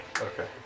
Okay